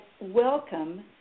welcome